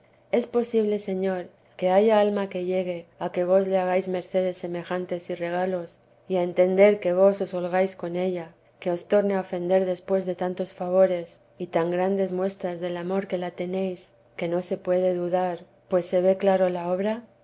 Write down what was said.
es posible señor que haya alma que llegue a que vos le hagáis mercedes semejantes y regalos y a entender que vos os holgáis con ella que os torne a ofender después de tantos favores y tan grandes muestras del amor que la tenéis que no se puede dudar pues se ve claro la obra